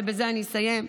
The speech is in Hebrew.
ובזה אסיים,